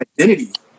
identity